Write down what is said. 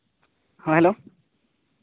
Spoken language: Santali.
ᱦᱮᱸ ᱦᱮᱞᱳ